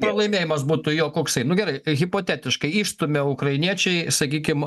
pralaimėjimas būtų jo koksai nu gerai hipotetiškai išstumia ukrainiečiai sakykim